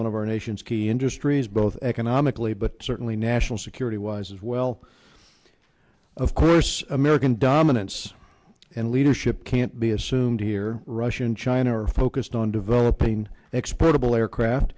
one of our nation's key industries both economically but certainly national security wise as well of course american dominance and leadership can't be assumed here russia and china are focused on developing